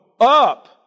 up